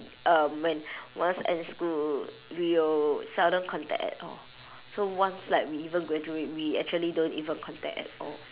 um when once end school we will seldom contact at all so once like we even graduate we actually don't like even contact at all